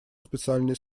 специальный